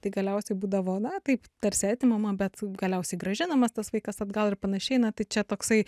tai galiausiai būdavo na taip tarsi atimama bet galiausiai grąžinamas tas vaikas atgal ir panašiai na tai čia toksai